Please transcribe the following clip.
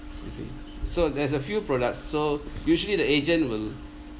you see so there's a few products so usually the agent will